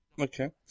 Okay